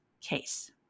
case